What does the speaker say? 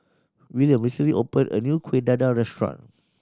Wiliam recently opened a new Kuih Dadar restaurant